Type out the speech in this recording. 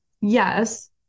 yes